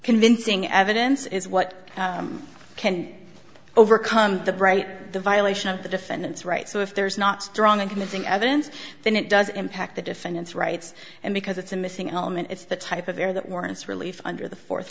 convincing evidence is what can overcome the bright the violation of the defendant's right so if there's not strong and missing evidence then it does impact the defendant's rights and because it's a missing element it's the type of there that warrants relief under the